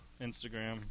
Instagram